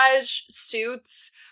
suits